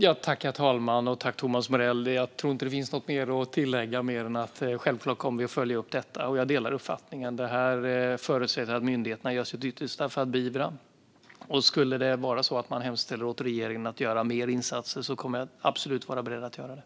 Herr talman! Jag tror inte att det finns något mer att tillägga än att vi självklart kommer att följa upp detta. Jag instämmer i uppfattningen. Jag förutsätter att myndigheterna gör sitt yttersta för att beivra. Skulle man hemställa åt regeringen att göra mer insatser kommer jag absolut att vara beredd att göra det.